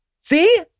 See